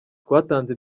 twatanze